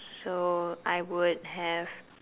so I would have